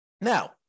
Now